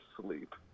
sleep